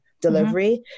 delivery